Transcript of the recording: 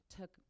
took